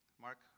Mark